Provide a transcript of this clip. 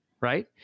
Right